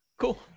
Cool